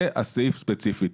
זה הסעיף ספציפית.